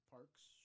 Parks